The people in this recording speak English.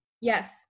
Yes